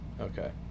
Okay